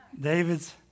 David's